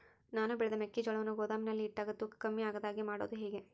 ನಾನು ಬೆಳೆದ ಮೆಕ್ಕಿಜೋಳವನ್ನು ಗೋದಾಮಿನಲ್ಲಿ ಇಟ್ಟಾಗ ತೂಕ ಕಮ್ಮಿ ಆಗದ ಹಾಗೆ ಮಾಡೋದು ಹೇಗೆ?